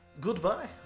Goodbye